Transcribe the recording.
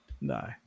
No